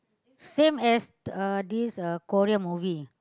same as uh this uh Korean movie